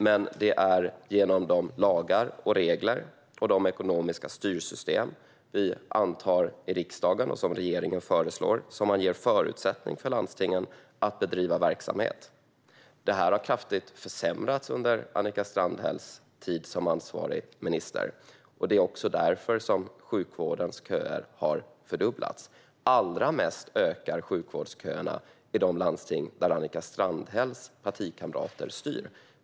Men det är genom de lagar, regler och ekonomiska styrsystem som vi antar i riksdagen, och som regeringen föreslår, som man ger förutsättningar för landstingen att bedriva verksamhet. Detta har kraftigt försämrats under Annika Strandhälls tid som ansvarig minister, och det är också därför sjukvårdens köer har fördubblats. Allra mest ökar sjukvårdsköerna i de landsting där Annika Strandhälls partikamrater styr.